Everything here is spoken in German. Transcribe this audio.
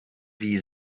wie